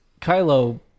Kylo